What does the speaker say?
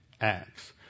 Acts